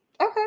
Okay